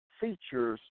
features